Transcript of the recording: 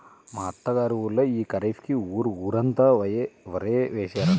మా అత్త గారి ఊళ్ళో యీ ఖరీఫ్ కి ఊరు ఊరంతా వరే యేశారంట